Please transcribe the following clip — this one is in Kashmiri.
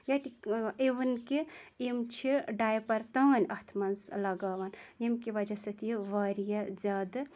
یا تہِ اِوٕن کہِ یِم چھِ ڈایپَر تانۍ اَتھ منٛز لَگاوان ییٚمہِ کہِ وَجہ سۭتۍ یہِ واریاہ زیادٕ